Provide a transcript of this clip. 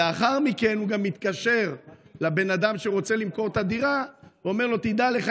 לאחר מכן הוא גם התקשר לבן אדם שרוצה למכור את הדירה ואמר לו: תדע לך,